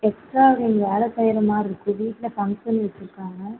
extra நீங்கள் வேலை செய்கிற மாதிரிருக்கும் வீட்டில் ஃபங்சன் வெச்சுருக்காங்க